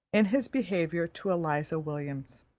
in his behaviour to eliza williams.